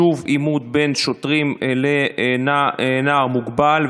שוב עימות בין שוטרים לנער מוגבל,